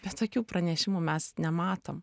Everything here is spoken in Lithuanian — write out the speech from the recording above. bet tokių pranešimų mes nematom